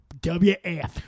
WF